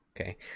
okay